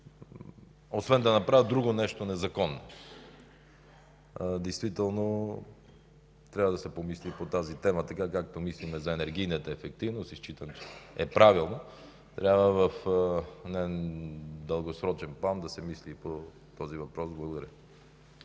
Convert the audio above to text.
освен да направят нещо друго незаконно. Действително трябва да се помисли по тази тема, както мислим за енергийната ефективност и считам, че е правилно. Трябва в дългосрочен план да се мисли по този въпрос. Благодаря.